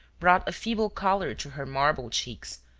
brought a feeble color to her marble cheeks,